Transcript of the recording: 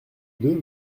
deux